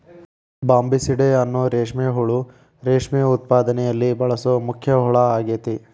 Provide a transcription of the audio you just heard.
Bombycidae ಅನ್ನೋ ರೇಷ್ಮೆ ಹುಳು ರೇಷ್ಮೆ ಉತ್ಪಾದನೆಯಲ್ಲಿ ಬಳಸೋ ಮುಖ್ಯ ಹುಳ ಆಗೇತಿ